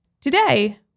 Today